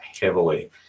heavily